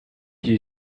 you